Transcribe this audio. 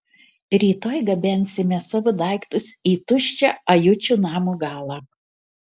rytoj gabensime savo daiktus į tuščią ajučio namo galą